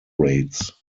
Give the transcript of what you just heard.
raids